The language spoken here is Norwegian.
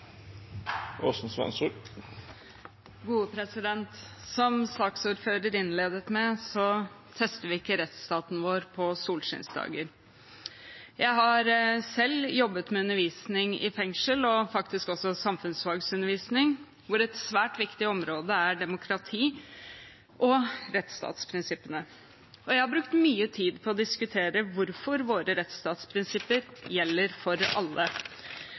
Som saksordføreren innledet med, tester vi ikke rettsstaten vår på solskinnsdager. Jeg har selv jobbet med undervisning i fengsel, også samfunnsfagundervisning, hvor et svært viktig område er demokrati og rettsstatsprinsippene. Jeg har brukt mye tid på å diskutere hvorfor våre rettsstatsprinsipper gjelder for alle.